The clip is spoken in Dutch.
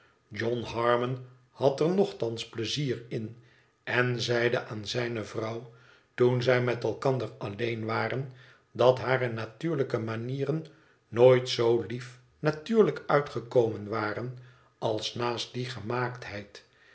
john harmon had er nochtans pleizier in en zeide aan zijne vrouw toen zij met elkander alleen waren dat hare natuurlijke manieren nooit zoo lief natuurlijk uitgekomen waren als naast die